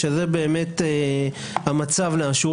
ברוב המקרים האלה זה בא-כוח היועץ המשפטי לממשלה.